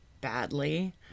badly